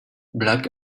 black